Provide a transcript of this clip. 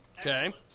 Okay